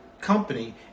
company